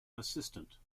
assistant